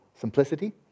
simplicity